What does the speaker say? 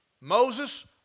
Moses